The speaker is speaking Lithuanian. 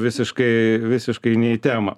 visiškai visiškai ne į temą